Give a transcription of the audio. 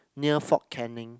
near Fort-Canning